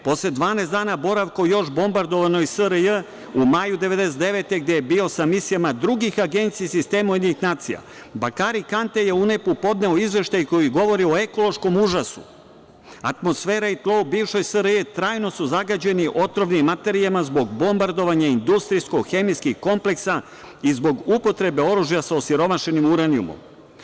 Posle 12 dana boravka u još bombardovanoj SRJ, u maju 1999. godine, gde je bio sa misijama drugih agencija sistema UN, Bakari Kante je UNEP-u podneo izveštaj koji govori o ekološkom užasu - atmosfera i tlo u bivšoj SRJ trajno su zagađeni otrovnim materijama zbog bombardovanja industrijskih hemijskih kompleksa i zbog upotrebe oružja sa osiromašenim uranijumom.